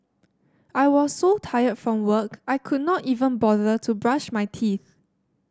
I was so tired from work I could not even bother to brush my teeth